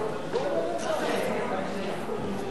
70), התשע"א 2011, נתקבל.